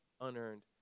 unearned